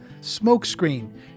Smokescreen